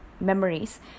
memories